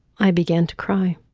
i began to cry